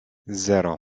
zero